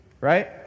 right